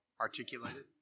articulated